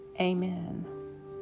amen